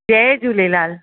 Jay Jhulelal